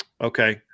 okay